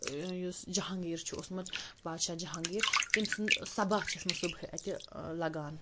یُس جہانگیٖر چھُ اوسمُت پادشاہ جہانگیٖریٖر تٔمۍ سُنٛد سَباہ چھِ ٲسۍ مٕژ صُبحٲے اَتہِ لَگان